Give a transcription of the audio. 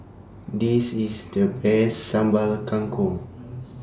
This IS The Best Sambal Kangkong